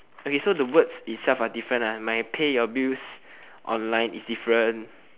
okay so the words itself are different ah my pay your bills online is different